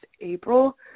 April